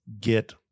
get